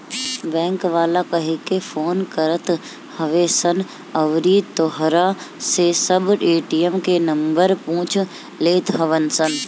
bank वाला कहिके phone करत हवे सन अउरी तोहरा से सब ए.टी.एम के नंबर पूछ लेत हवन सन